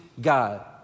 God